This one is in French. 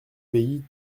pays